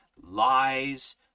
Lies